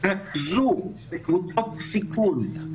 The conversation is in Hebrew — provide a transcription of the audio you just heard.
תתרכזו בקבוצות סיכון.